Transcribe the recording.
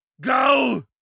Go